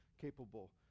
capable